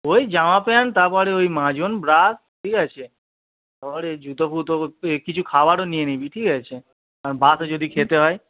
ওই জামা প্যান্ট তারপরে ওই মাজন ব্রাশ ঠিক আছে তাপরে জুতো ফুতো এ কিছু খাবারও নিয়ে নিবি ঠিক আছে কারণ বাসে যদি খেতে হয়